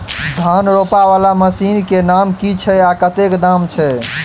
धान रोपा वला मशीन केँ नाम की छैय आ कतेक दाम छैय?